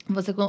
Você